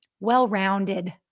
well-rounded